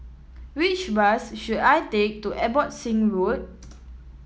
which bus should I take to Abbotsingh Road